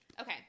Okay